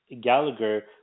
Gallagher